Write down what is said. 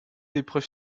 épreuve